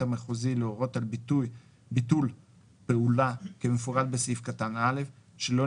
המחוזי להורות על ביטול פעולה כמפורט בסעיף קטן (א) שלא